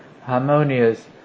harmonious